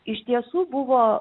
iš tiesų buvo